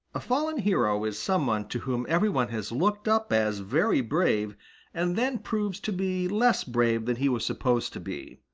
a fallen hero is some one to whom every one has looked up as very brave and then proves to be less brave than he was supposed to be.